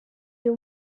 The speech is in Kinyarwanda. uyu